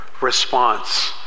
response